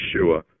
Yeshua